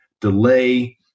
delay